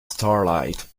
starlight